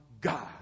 God